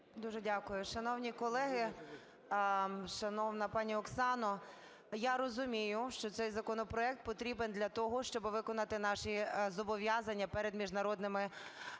Дуже дякую. Шановні колеги, шановна пані Оксано, я розумію, що цей законопроект потрібен для того, щоб виконати наші зобов'язання перед міжнародними